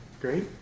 Great